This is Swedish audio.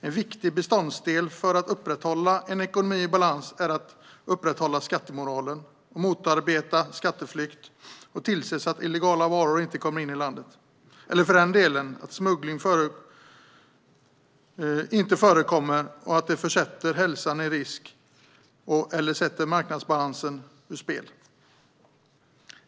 En viktig beståndsdel för en ekonomi i balans är att upprätthålla skattemoralen, motarbeta skatteflykt och tillse att illegala varor inte kommer in i landet, eller för den delen motarbeta att smuggling förekommer och försätter hälsan i risk eller sätter marknadsbalansen ur spel.